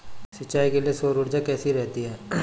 सिंचाई के लिए सौर ऊर्जा कैसी रहती है?